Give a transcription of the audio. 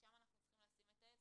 שם אנחנו צריכים לשים את האצבע,